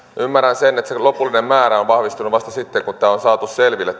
ymmärrän sen että se lopullinen määrä on vahvistunut vasta sitten kun tämä todellinen luku on saatu selville